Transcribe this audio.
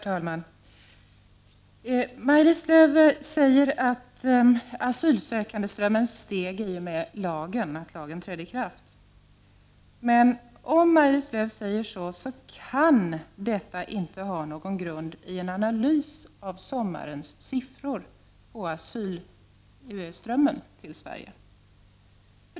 Herr talman! Maj-Lis Lööw säger att strömmen av asylsökande steg i och med att lagen trädde i kraft. Om Maj-Lis Lööw påstår detta så kan det inte ha sin grund i en analys av sommarens siffror för asylströmmen till Sverige.